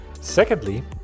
secondly